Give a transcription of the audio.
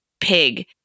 pig